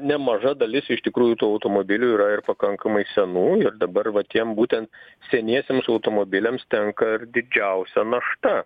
nemaža dalis iš tikrųjų tų automobilių yra ir pakankamai senų ir dabar va tiem būtent seniesiems automobiliams tenka ir didžiausia našta